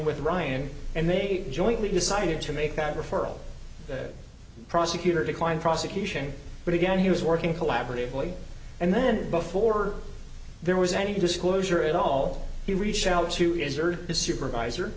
with ryan and they jointly decided to make that referral that prosecutor declined prosecution but again he was working collaboratively and then before there was any disclosure at all he reached out to his supervisor